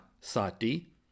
Sati